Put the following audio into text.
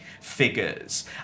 figures